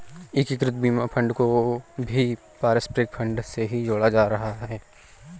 एकीकृत बीमा फंड को भी पारस्परिक फंड से ही जोड़ा जाता रहा है